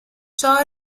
ciò